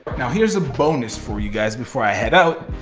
now here's a bonus for you guys before i head out.